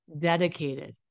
dedicated